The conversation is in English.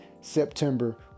September